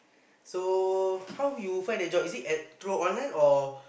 so how you find the job is it at through online or